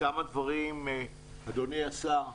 אדוני השר,